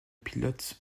pilote